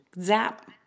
zap